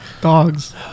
dogs